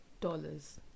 dollars